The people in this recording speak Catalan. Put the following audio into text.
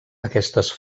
aquestes